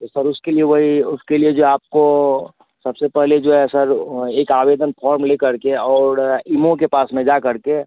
तो सर उसके लिए वही उसके लिए जो आपको सबसे पहले जो है सर एक आवेदन फॉर्म लेकर और ईमो के पास में जाकर